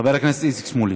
חבר הכנסת איציק שמולי.